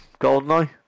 Goldeneye